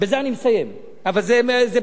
בזה אני מסיים, אבל זה בעניין.